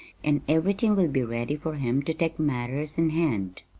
and everything will be ready for him to take matters in hand.